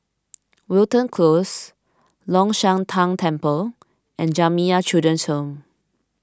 Wilton Close Long Shan Tang Temple and Jamiyah Children's Home